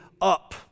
up